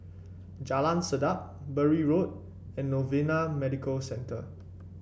Jalan Sedap Bury Road and Novena Medical Centre